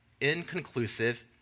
inconclusive